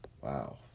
Wow